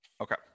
Okay